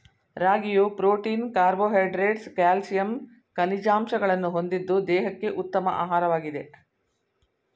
ರಾಗಿಯು protein carbohydrates calcium ಖನಿಜಾಂಶಗಳನ್ನು ಹೊಂದಿದ್ದು ದೇಹಕ್ಕೆ ಉತ್ತಮ ಆಹಾರವಾಗಿದೆ